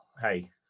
hey